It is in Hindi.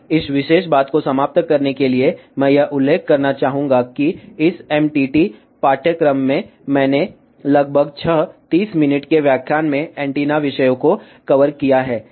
अब इस विशेष बात को समाप्त करने के लिए मैं यह उल्लेख करना चाहूंगा कि इस MTT पाठ्यक्रम में मैंने लगभग छह 30 मिनट के व्याख्यान में एंटीना विषयों को कवर किया है